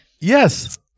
Yes